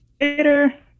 later